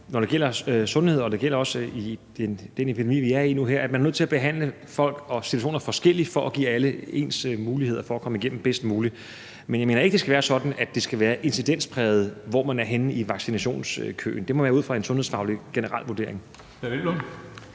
når det gælder sundhed – og det gælder også i den epidemi, vi er i nu her – at man er nødt til at behandle folk og situationer forskelligt for at give alle ens muligheder for at komme igennem bedst muligt. Men jeg mener ikke, det skal være sådan, at det skal være incidenspræget, hvor man er henne i vaccinationskøen. Det må være ud fra en sundhedsfaglig, generel vurdering. Kl. 13:20